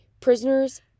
prisoners